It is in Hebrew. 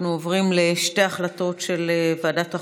אנחנו עוברים לשתי הצעות של ועדת החוקה.